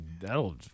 that'll